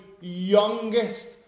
youngest